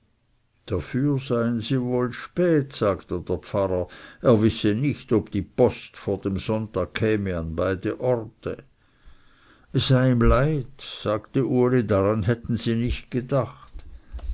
dafür seien sie wohl spät sagte der pfarrer er wisse nicht ob die post vor dem sonntag käme an beide orte es sei ihm leid sagte uli daran hätten sie nicht gedacht